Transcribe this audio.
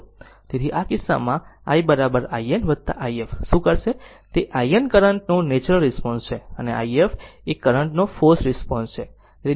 તેથી આ કિસ્સામાં i in i f શું કરશે તે in કરંટ નો નેચરલ રિસ્પોન્સ છે અને i f એ કરંટ નો ફોર્સ્ડ નો રિસ્પોન્સ છે